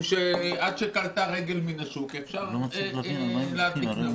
שעד שכלתה רגל מן השוק אפשר להדליק נרות.